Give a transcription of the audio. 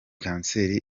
kanseri